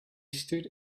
stood